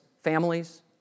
families